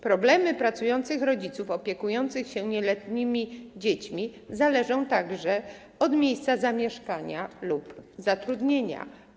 Problemy pracujących rodziców opiekujących się nieletnimi dziećmi zależą także od miejsca zamieszkana lub zatrudnienia.